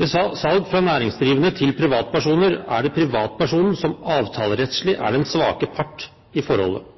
Ved salg fra næringsdrivende til privatpersoner er det privatpersonen som avtalerettslig er den svake part i forholdet.